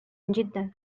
جدا